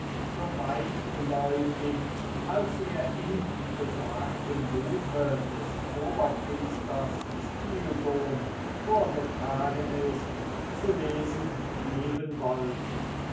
so weitläuftig als er in besagtem buch des oberpriesters stilbon vorgetragen ist zu lesen geben wollten